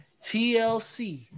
TLC